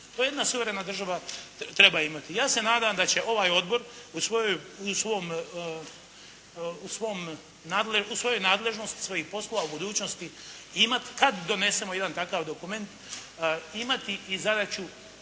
To jedna suvremena država treba imati. Ja se nadam da će ovaj odbor u svojoj nadležnosti svojih poslova u budućnosti imati, kad donesemo jedan takav dokument imati i zadaću